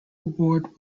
ward